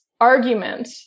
argument